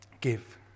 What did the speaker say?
give